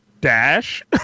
Dash